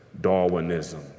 Darwinism